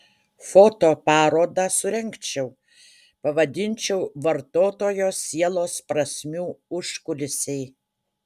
fotoparodą surengčiau pavadinčiau vartotojo sielos prasmių užkulisiai